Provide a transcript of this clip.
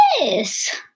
Yes